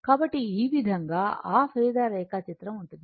కాబట్టి ఈ విధంగా ఆ ఫేసర్ రేఖాచిత్రం ఉంటుంది